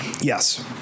Yes